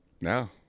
No